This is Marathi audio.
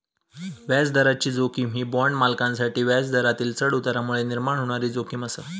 व्याजदराची जोखीम ही बाँड मालकांसाठी व्याजदरातील चढउतारांमुळे निर्माण होणारी जोखीम आसा